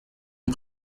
une